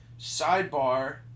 sidebar